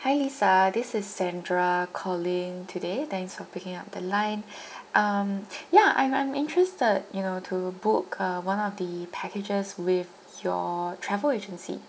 hi lisa this is sandra calling today thanks for picking up the line um yeah I'm I'm interested you know to book uh one of the packages with your travel agency